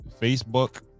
Facebook